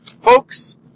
Folks